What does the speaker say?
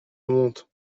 monte